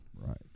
right